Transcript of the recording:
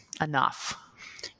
enough